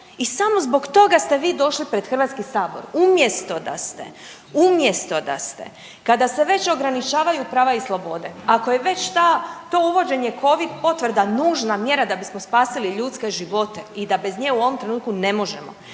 i samo zbog toga ste vi došli pred Hrvatski sabor. Umjesto da ste, umjesto da ste kada se već ograničavaju prava i slobode, ako je već ta, to uvođenje Covid potvrda nužna mjera da bismo spasili ljudske živote i da bez nje u ovom trenutku ne možemo,